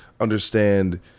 understand